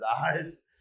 eyes